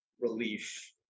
relief